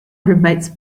roommate’s